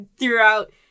throughout